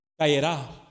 caerá